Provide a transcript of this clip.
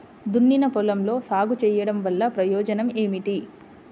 దున్నిన పొలంలో సాగు చేయడం వల్ల ప్రయోజనం ఏమిటి?